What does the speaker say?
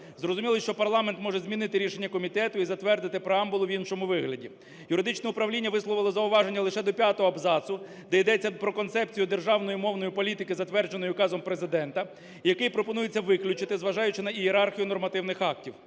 Зрозуміло, що парламент може змінити рішення комітету і затвердити преамбулу в іншому вигляді. Юридичне управління висловило зауваження лише до п'ятого абзацу, де йдеться про концепцію державної мовної політики, затвердженої Указом Президента, який пропонується виключити, зважаючи на ієрархію нормативних актів.